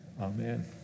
Amen